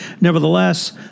Nevertheless